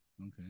okay